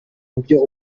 mubyo